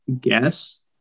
guess